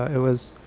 it was